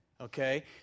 Okay